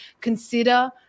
consider